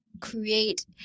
create